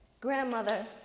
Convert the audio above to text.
Grandmother